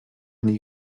nie